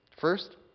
First